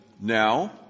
now